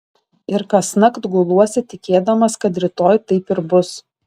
ir kasnakt guluosi tikėdamas kad rytoj taip ir bus